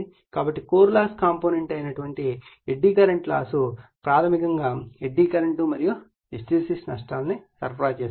కాబట్టి core loss component అయిన eddy current loss ప్రాథమికంగా ఎడ్డీ కరెంట్ మరియు హిస్టెరిసిస్ నష్టాలను సరఫరా చేస్తుంది